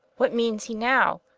what meanes he now?